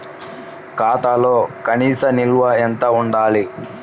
ఖాతాలో కనీస నిల్వ ఎంత ఉండాలి?